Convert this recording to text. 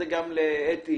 להתווכח,